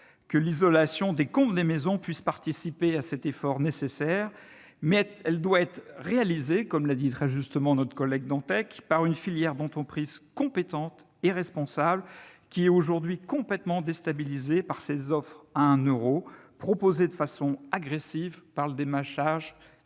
que l'isolation des combles des maisons puisse participer de cet effort nécessaire, mais elle doit être effectuée, comme l'a dit fort justement Ronan Dantec, par une filière d'entreprises compétentes et responsables, qui est aujourd'hui déstabilisée par ces offres à un euro, proposées de façon agressive par le biais du démarchage